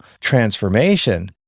transformation